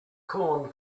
corn